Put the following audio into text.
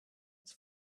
its